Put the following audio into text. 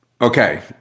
Okay